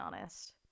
honest